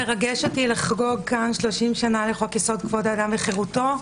מרגש אותי לחגוג כאן שלושים שנה לחוק יסוד: כבוד האדם וחירותו.